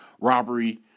Robbery